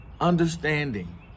Understanding